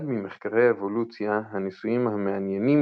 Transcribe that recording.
אחד ממחקרי האבולוציה הניסויים המעניינים